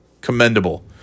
Commendable